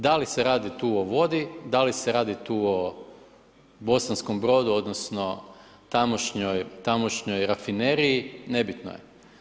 Da li se radi tu o vodi, da li se radi tu o Bosanskom Brodu odnosno tamošnjoj rafineriji, nebitno je.